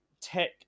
Tech